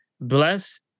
bless